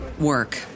work